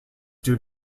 due